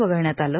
वगळण्यात आलं